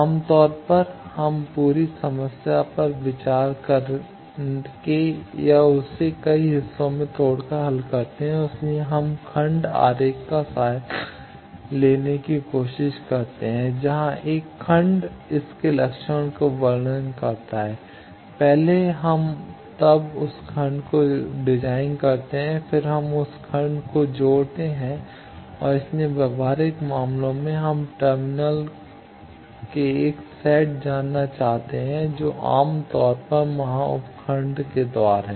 आम तौर पर हम पूरी समस्या पर विचार करके या उसे कई हिस्सों में तोड़कर हल करते हैं और इसीलिए हम खंड आरेख का सहारा लेने की कोशिश करते हैं और जहां एक खंड इसके लक्षण को वर्णन करता है पहले हम तब उस खंड को डिजाइन करते हैं फिर हम उस खंड को जोड़ते हैं और इसलिए व्यावहारिक मामलों में हम टर्मिनलों के एक सेट जानना चाहते हैं जो आम तौर पर वहां उप खंड के द्वार हैं